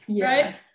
Right